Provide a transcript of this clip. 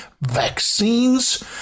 vaccines